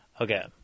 Okay